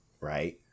right